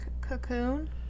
Cocoon